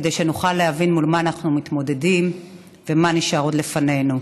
כדי שנוכל להבין מול מה אנחנו מתמודדים ומה נשאר עוד לפנינו.